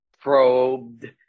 probed